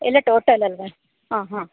ಎಲ್ಲ ಟೋಟಲ್ ಅಲ್ವಾ ಹಾಂ ಹಾಂ